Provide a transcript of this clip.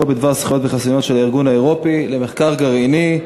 בדבר זכויות יתר וחסינויות של הארגון האירופי למחקר גרעיני,